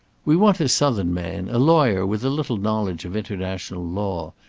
we want a southern man, a lawyer with a little knowledge of international law,